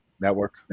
Network